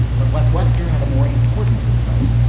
but less. webster had a more important insight.